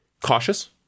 Cautious